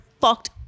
fucked